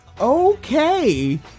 Okay